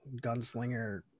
gunslinger